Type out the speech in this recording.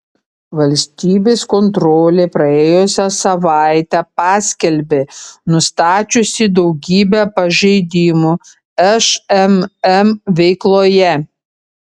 valstybės kontrolė praėjusią savaitę paskelbė nustačiusi daugybę pažeidimų šmm veikloje